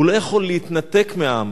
הוא לא יכול להתנתק מהעם.